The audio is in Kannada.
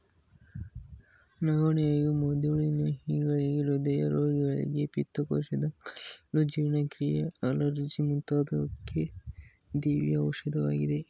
ನವಣೆಯು ಮಧುಮೇಹಿಗಳಿಗೆ, ಹೃದಯ ರೋಗಿಗಳಿಗೆ, ಪಿತ್ತಕೋಶದ ಕಲ್ಲು, ಜೀರ್ಣಕ್ರಿಯೆ, ಅಲರ್ಜಿ ಮುಂತಾದುವಕ್ಕೆ ದಿವ್ಯ ಔಷಧವಾಗಿದೆ